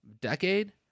Decade